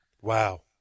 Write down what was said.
Wow